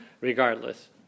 Regardless